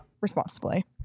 responsibly